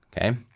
Okay